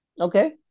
Okay